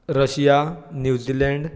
Russia New Zealand